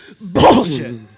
Bullshit